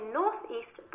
northeast